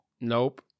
Nope